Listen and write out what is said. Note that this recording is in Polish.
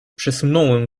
przesunąłem